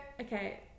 okay